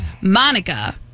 Monica